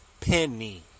penny